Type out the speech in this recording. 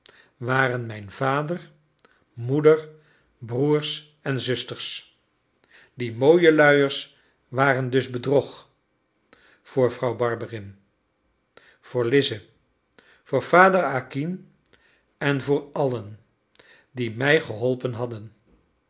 waren mijn vader moeder broers en zusters die mooie luiers waren dus bedrog voor vrouw barberin voor lize voor vader acquin en voor allen die mij geholpen hadden